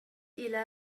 إلى